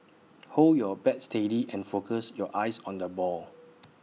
hold your bat steady and focus your eyes on the ball